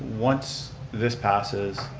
once this passes,